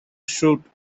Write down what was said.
shoot